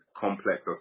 complex